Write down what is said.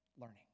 learning